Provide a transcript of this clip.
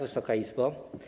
Wysoka Izbo!